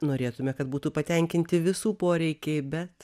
norėtume kad būtų patenkinti visų poreikiai bet